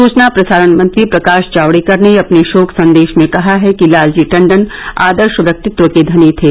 सुवना प्रसारण मंत्री प्रकाश जावडेकर ने अपने शोक संदेश में कहा है कि लालजी टंडन आदर्श थ्यक्तित्व के धनी थे